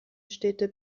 städte